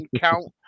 count